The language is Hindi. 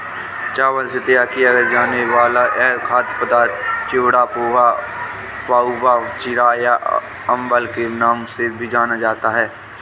चावल से तैयार किया जाने वाला यह खाद्य पदार्थ चिवड़ा, पोहा, पाउवा, चिरा या अवल के नाम से भी जाना जाता है